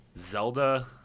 Zelda